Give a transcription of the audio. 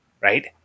Right